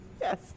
yes